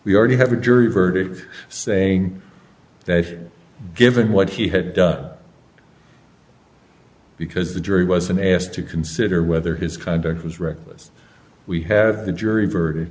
we already have a jury verdict saying that given what he had done because the jury wasn't asked to consider whether his conduct was reckless we have the jury